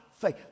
faith